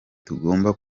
tugomba